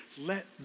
let